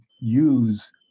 use